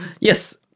yes